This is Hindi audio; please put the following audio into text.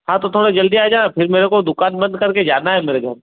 हाँ तो थोड़ा जल्दी आ जाओ न फिर मेरे को दुकान बंद कर के जाना है मेरे को